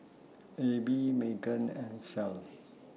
Abby Meagan and Clell